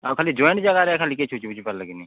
ଆଉ ଖାଲି ଜଏଣ୍ଟ୍ ଜାଗାରେ ଏଖା ଲିକେଜ୍ ହେଉଛି ବୁଝିପାରିଲେ କି ନେଇଁ